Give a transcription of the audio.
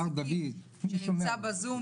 נמצא בזום.